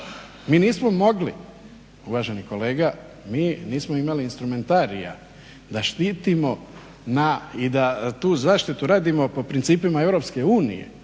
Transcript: Mi nismo mogli uvaženi kolega, mi nismo imali instrumentarija da štitimo i da tu zaštitu radimo po principima Europske unije.